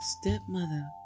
stepmother